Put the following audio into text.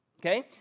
Okay